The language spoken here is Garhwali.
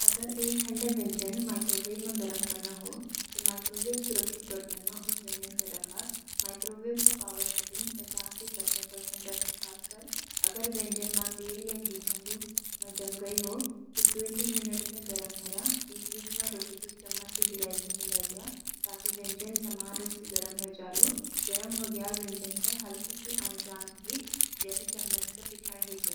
अगर एक ठंडा व्यंजन माइक्रोवेव में गरम करना हो, त मिक्रोवेव-सुरक्षित बर्तन मं उस व्यंजन के रखा। मिक्रोवेव क पावर सेटिंग पचास - सत्तर प्रतिशत रखा खासकर अगर व्यंजन म तेल या घी ठंडू म जमी गयि हो। फिर दो - तीन मिनट कैं गरम करा। बीच-बीच म रोककि चमच स हल्के से मिला दियौं ताकि व्यंजन समान रूप म गरम होजालू। गरम होगयाल व्यंजन तें हल्के स जाँचलि (जैसे चमच क पिछाड़ स)।